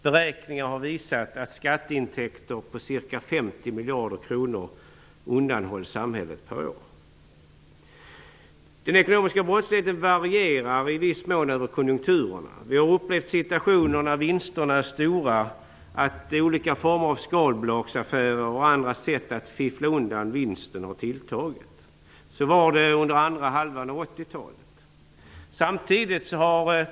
Beräkningar har visat att skatteintäkter på ca 50 miljarder kronor per år undanhålls samhället. Den ekonomiska brottsligheten varierar i viss mån över konjunkturerna. Vi har upplevt situationen att olika former av skalbolagsaffärer och andra sätt att fiffla undan vinster har tilltagit när vinsterna är stora. Så var det under andra halvan av 1980-talet.